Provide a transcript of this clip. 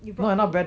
you brought two